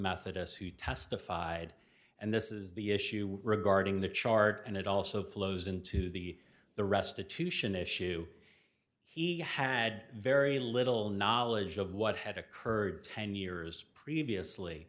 methodists who testified and this is the issue regarding the chart and it also flows into the the restitution issue he had very little knowledge of what had occurred ten years previously